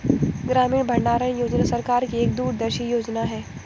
ग्रामीण भंडारण योजना सरकार की एक दूरदर्शी योजना है